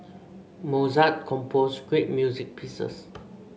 Mozart composed great music pieces